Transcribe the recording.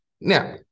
Now